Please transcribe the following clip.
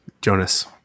Jonas